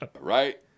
right